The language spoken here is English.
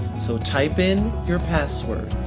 so type in your password.